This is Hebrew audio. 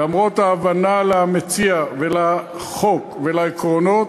למרות ההבנה למציע, לחוק ולעקרונות,